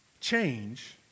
change